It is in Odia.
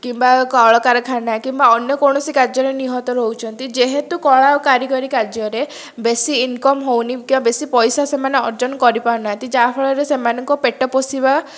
କିମ୍ବା କଳକାରଖାନା କିମ୍ବା ଅନ୍ୟ କୌଣସି କାର୍ଯ୍ୟରେ ନିହତ ରହୁଛନ୍ତି ଯେହେତୁ କଳା ଓ କାରିଗରୀ କାର୍ଯ୍ୟରେ ବେଶୀ ଇନକମ୍ ହେଉନି କିମ୍ବା ପଇସା ସେମାନେ ଅର୍ଜନ କରିପାରୁନାହାନ୍ତି ଯାହାଫଳରେ ସେମାନଙ୍କ ପେଟ ପୋଷିବା